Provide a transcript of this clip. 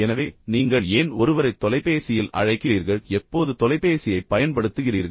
எனவே நீங்கள் ஏன் ஒருவரை தொலைபேசியில் அழைக்கிறீர்கள் எப்போது தொலைபேசியைப் பயன்படுத்துகிறீர்கள்